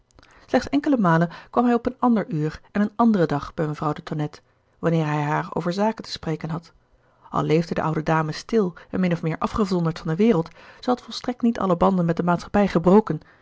slechts enkele malen kwam hij op een ander uur en een anderen dag bij mevrouw de tonnette wanneer hij haar over zaken te spreken had al leefde de oude dame stil en min of meer afgezonderd van de wereld zij had volstrekt niet alle banden met de maatschappij gebroken